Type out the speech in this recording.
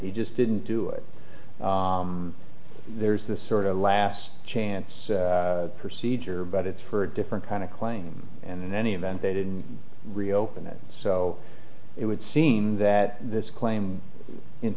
he just didn't do it there's this sort of last chance procedure but it's for a different kind of claim and in any event they didn't reopen it so it would seem that this claim in